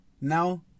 now